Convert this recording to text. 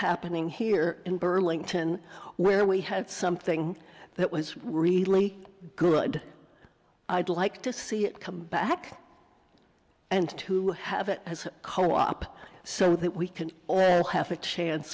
happening here in burlington where we had something that was really good i'd like to see it come back and to have it as a co op so that we can all have a chance